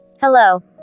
Hello